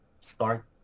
start